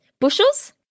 Bushels